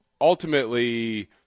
ultimately